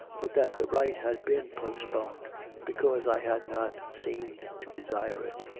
but that the rite had been postponed because i had not seemed to desire it.